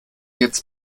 jetzt